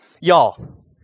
y'all